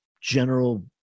general